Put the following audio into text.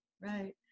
right